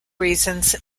reasons